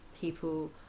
people